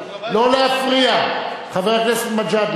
אינו נוכח אורי אריאל,